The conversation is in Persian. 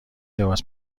لباس